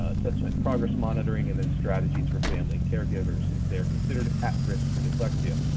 ah assessment progress monitoring, and then strategies for family and caregivers since they're considered at-risk for dyslexia.